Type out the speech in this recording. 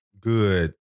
good